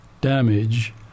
damage